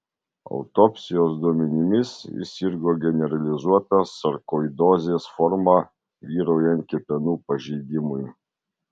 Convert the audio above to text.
autopsijos duomenimis jis sirgo generalizuota sarkoidozės forma vyraujant kepenų pažeidimui